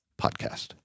podcast